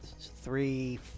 three